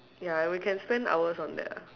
ya and we can spend hours on that ah